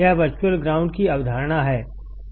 यह virtual ground की अवधारणा है